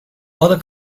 others